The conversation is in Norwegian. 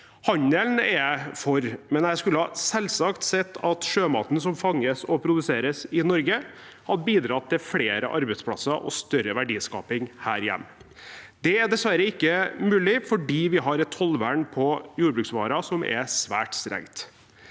Handelen er jeg for, men jeg skulle selvsagt ha sett at sjømaten som fanges og produseres i Norge, hadde bidratt til flere arbeidsplasser og større verdiskaping her hjemme. Det er dessverre ikke mulig, fordi vi har et tollvern på jordbruksvarer som er svært strengt.